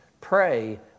Pray